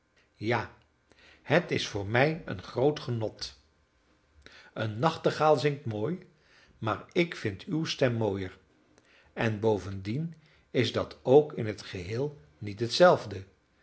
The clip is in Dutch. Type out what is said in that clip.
ja het is voor mij een groot genot een nachtegaal zingt mooi maar ik vind uw stem mooier en bovendien is dat ook in het geheel niet hetzelfde